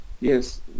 yes